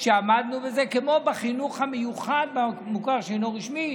שעמדנו בזה, כמו בחינוך המיוחד במוכר שאינו רשמי,